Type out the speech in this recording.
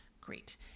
Great